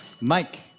Mike